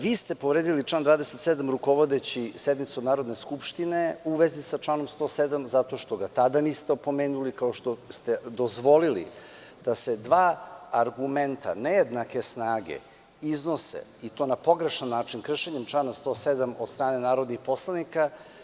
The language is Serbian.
Vi ste povredili član 27. rukovodeći sednicom Narodne skupštine, u vezi sa članom 107, zato što ga tada niste opomenuli, kao što ste dozvolili da se dva argumenta nejednake snage iznose, i to na pogrešan način, kršenjem člana 107 od strane narodnih poslanika.